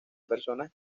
personas